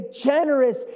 generous